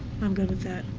i'm good with that.